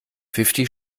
fifty